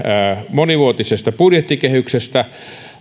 monivuotisesta budjettikehyksestä